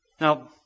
Now